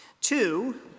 two